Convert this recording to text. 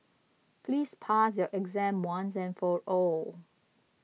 please pass your exam once and for all